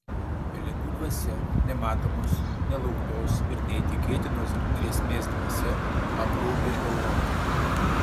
pelenų dvasia nematomos nelauktos ir neįtikėtinos grėsmės dvasia apgaubė europą